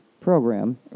program